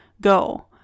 Go